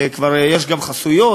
גם כבר יש חסויות,